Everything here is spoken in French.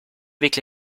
avec